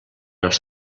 els